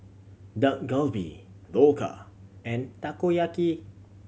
Dak Galbi Dhokla and Takoyaki